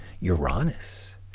Uranus